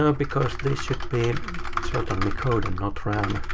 ah because these should be certainlycode, and not ram.